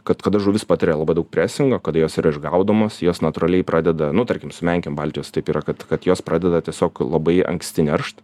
kad kada žuvys patiria labai daug presingo kada jos yra išgaudomos jos natūraliai pradeda nu tarkim su menkėm baltijos taip yra kad kad jos pradeda tiesiog labai anksti neršt